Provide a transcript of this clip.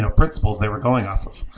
and principles they were going off of.